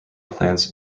plants